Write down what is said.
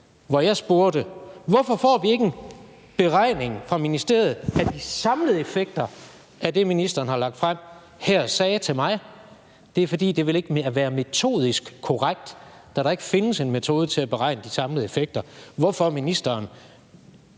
om, hvorfor vi ikke får en beregning fra ministeriet af de samlede effekter af det, ministeren har lagt frem, sagde til mig: Det er, fordi det ikke vil være metodisk korrekt, da der ikke findes en metode til at beregne de samlede effekter. Så derfor skal ministeren